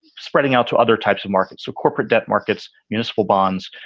spreading out to other types of markets. so corporate debt markets, municipal bonds.